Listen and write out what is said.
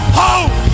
hope